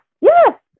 yes